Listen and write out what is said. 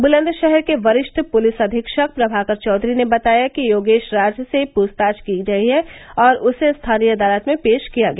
बुलंदशहर के वरिष्ठ पुलिस अधीक्षक प्रमाकर चौधरी ने बताया कि योगेश राज से पूछताछ की गयी है और उसे स्थानीय अदालत में पेश किया गया